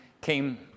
came